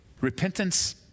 repentance